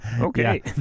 okay